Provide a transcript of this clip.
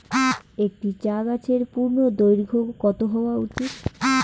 একটি চা গাছের পূর্ণদৈর্ঘ্য কত হওয়া উচিৎ?